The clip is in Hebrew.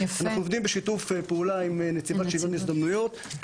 אנחנו עובדים בשיתוף פעולה עם נציבת שוויון הזדמנויות.